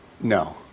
no